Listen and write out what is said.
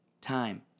time